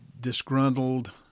disgruntled